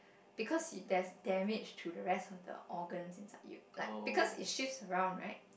because you there's damage to the rest of the organs inside you like because it shifts around right